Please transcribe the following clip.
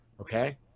Okay